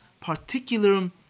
particular